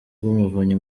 rw’umuvunyi